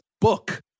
book